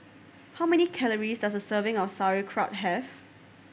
how many calories does a serving of Sauerkraut have